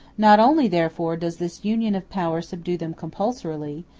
not only, therefore, does this union of power subdue them compulsorily,